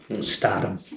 stardom